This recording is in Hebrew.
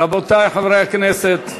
רבותי חברי הכנסת.